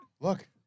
Look